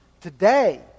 today